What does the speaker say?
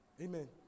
Amen